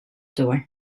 door